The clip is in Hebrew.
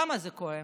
למה זה קורה?